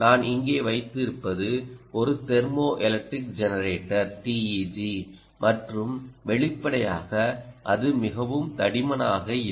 நான் இங்கே வைத்திருப்பது ஒரு தெர்மோஎலக்ட்ரிக் ஜெனரேட்டர் மற்றும் வெளிப்படையாக அது மிகவும் தடிமனாக இல்லை